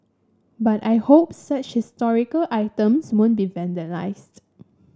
but I hope such historical items won't be vandalised